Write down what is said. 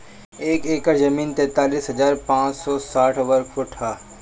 एक एकड़ जमीन तैंतालीस हजार पांच सौ साठ वर्ग फुट ह